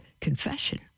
confession